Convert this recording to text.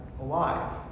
alive